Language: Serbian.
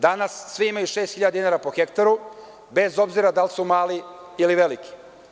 Danas svi imaju šest hiljada dinara po hektaru, bez obzira da li su mali ili veliki.